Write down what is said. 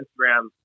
Instagram